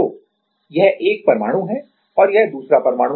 तो यह एक परमाणु है और यह दूसरा परमाणु